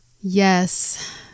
Yes